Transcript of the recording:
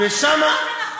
ושם,